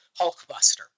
Hulkbuster